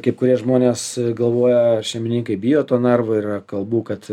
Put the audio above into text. kaip kurie žmonės galvoja šeimininkai bijo to narvo yra kalbų kad